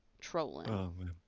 trolling